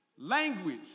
Language